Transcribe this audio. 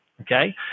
Okay